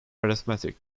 arithmetic